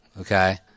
okay